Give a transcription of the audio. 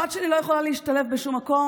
הבת שלי לא יכולה להשתלב בשום מקום.